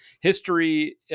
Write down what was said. history